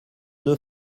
deux